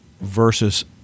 versus